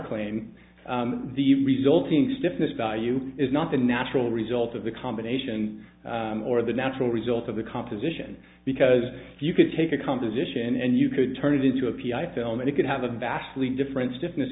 claim the resulting stiffness value is not the natural result of the combination or the natural result of the composition because if you could take a composition and you could turn it into a p i film and it could have a vastly different stiffness